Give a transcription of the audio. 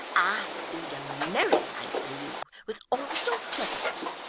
i lead a merrier life than you, with all your cleverness.